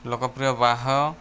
ଲୋକପ୍ରିୟ ବାହ